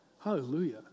Hallelujah